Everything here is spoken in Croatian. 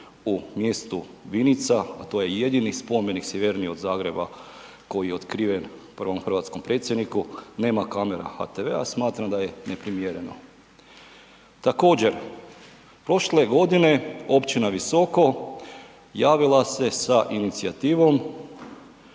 u mjestu Vinica, a to je jedini spomenik sjevernije od Zagreba koji je otkriven prvom hrvatskom predsjedniku nema kamare HTV-a, smatram da je neprimjereno. Također, prošle je godine općina Visoko javila se sa inicijativom